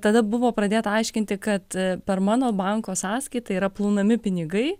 tada buvo pradėta aiškinti kad per mano banko sąskaitą yra plaunami pinigai